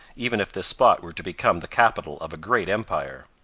even if this spot were to become the capital of a great empire.